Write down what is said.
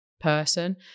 person